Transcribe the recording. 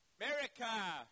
America